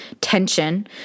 tension